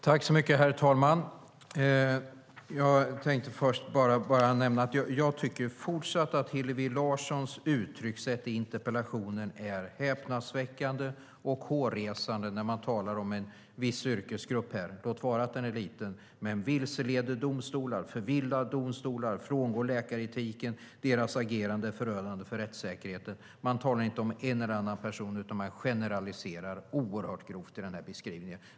Herr talman! Jag tänkte börja med att nämna att jag fortsatt tycker att Hillevi Larssons sätt att uttrycka sig i interpellationen är häpnadsväckande och hårresande. Vi talar om en viss yrkesgrupp. Låt vara att den är liten, men att säga att den vilseleder och förvillar domstolar, frångår läkaretiken, har ett agerande som är förödande för rättssäkerheten, det är häpnadsväckande. Beskrivningen gäller inte en och annan person utan är en grov generalisering.